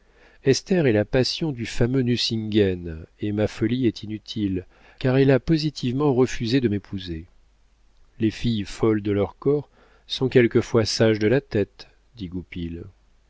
esther est la passion du fameux nucingen et ma folie est inutile car elle a positivement refusé de m'épouser les filles folles de leur corps sont quelquefois sages de la tête